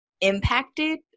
impacted